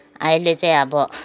अहिले चाहिँ अब